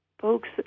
folks